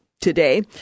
today